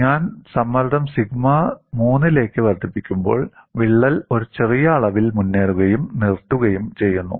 ഞാൻ സമ്മർദ്ദം സിഗ്മ 3 ലേക്ക് വർദ്ധിപ്പിക്കുമ്പോൾ വിള്ളൽ ഒരു ചെറിയ അളവിൽ മുന്നേറുകയും നിർത്തുകയും ചെയ്യുന്നു